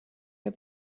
der